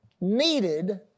needed